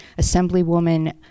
Assemblywoman